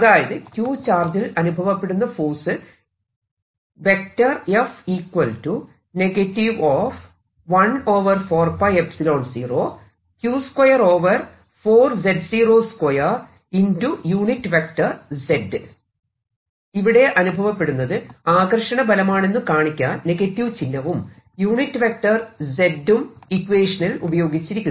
അതായത് q ചാർജിൽ അനുഭവപ്പെടുന്ന ഫോഴ്സ് ഇവിടെ അനുഭവപ്പെടുന്നത് ആകർഷണ ബലമാണെന്നു കാണിക്കാൻ നെഗറ്റീവ് ചിഹ്നവും യൂണിറ്റ് വെക്റ്റർ ẑ ഉം ഇക്വേഷനിൽ ഉപയോഗിച്ചിരിക്കുന്നു